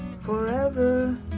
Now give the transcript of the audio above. forever